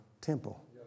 temple